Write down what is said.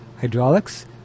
hydraulics